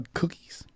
cookies